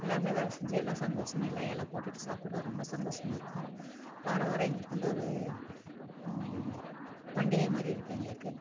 எல்லாருமே வேலை செஞ்சு எல்லாம் சந்தோசமாக எல்லாம் இல போட்டுட்டு சாப்பிடுவோம் ரொம்ப சந்தோசமாக இருக்கும் வாரம் வாரம் எங்களுக்கு வந்து ஒரு பண்டிகை மாதிரி இருக்கும் எங்களுக்கு